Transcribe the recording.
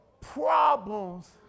problems